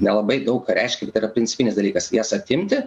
nelabai daug ką reiškia tai yra principinis dalykas jas atimti